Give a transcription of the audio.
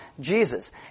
Jesus